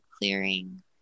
clearing